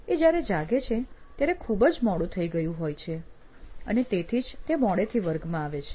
એ જયારે જાગે છે ત્યારે ખુબ જ મોડું થઇ ગયું હોય છે અને તેથી જ તે મોડેથી વર્ગમાં આવે છે